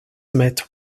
met